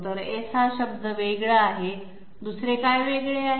तर S हा शब्द वेगळा आहे दुसरे काय वेगळे आहे